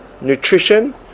nutrition